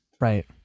Right